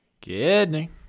Kidney